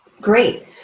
Great